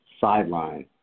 sideline